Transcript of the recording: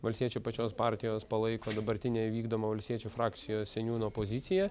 valstiečių pačios partijos palaiko dabartinę įvykdomą valstiečių frakcijos seniūno poziciją